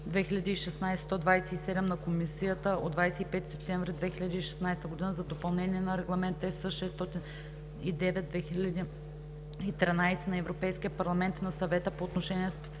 2016/127 на Комисията от 25 септември 2016 г. за допълнение на Регламент (ЕС) № 609/2013 на Европейския парламент и на Съвета по отношение на специфичните